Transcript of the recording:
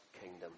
kingdom